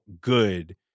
good